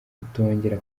kutongera